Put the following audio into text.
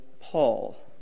Paul